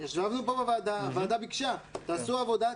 ישבנו פה בוועדה ו‏הוועדה ביקשה: תעשו עבודה,